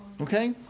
Okay